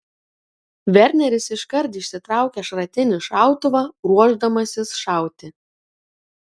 verneris iškart išsitraukia šratinį šautuvą ruošdamasis šauti